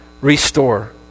restore